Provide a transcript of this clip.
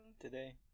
today